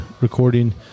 recording